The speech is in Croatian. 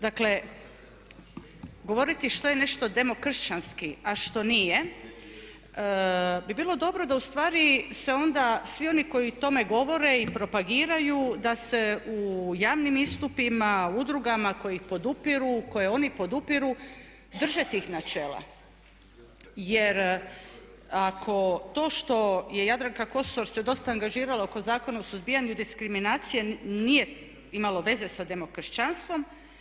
Dakle, govoriti što je nešto demokršćanski a što nije bi bilo dobro da ustvari se onda svi oni koji o tome govore i propagiraju da se u javnim istupima, udrugama koje ih podupiru, koje oni podupiru, drže tih načela jer ako to što je Jadranka Kosor se dosta angažirala oko Zakona o suzbijanju diskriminacije nije imalo veze sa demokršćanstvom.